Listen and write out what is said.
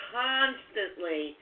constantly